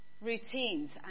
routines